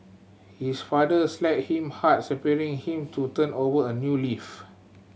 his father slapped him hard spurring him to turn over a new leaf